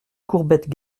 courbettes